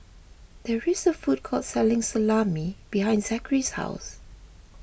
there is a food court selling Salami behind Zackary's house